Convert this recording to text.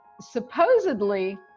supposedly